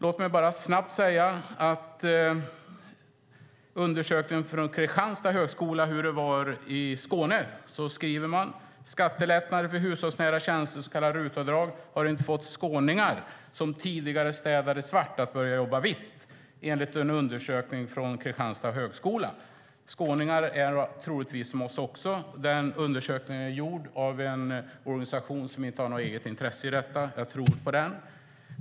Låt mig bara snabbt säga att Kristianstads högskola har gjort en undersökning om hur det är i Skåne. Man skriver: Skattelättnader för hushållsnära tjänster, så kallat RUT-avdrag, har inte fått skåningar som tidigare städade svart att börja jobba vitt. Skåningar är troligtvis som vi. Undersökningen är gjord av en organisation som inte har något eget intresse i detta. Jag tror på den.